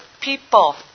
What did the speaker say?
people